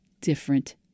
different